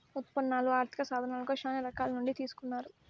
ఉత్పన్నాలు ఆర్థిక సాధనాలుగా శ్యానా రకాల నుండి తీసుకున్నారు